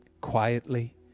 quietly